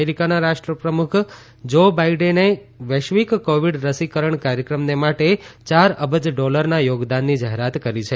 અમેરીકાના રાષ્ટ્રપ્રમુખ જો બાઇડેને વૈશ્વીક કોવીડ રસીકરણ કાર્યક્રમને માટે ચાર અબજ ડોલરના યોગદાનની જાહેરાત કરી છે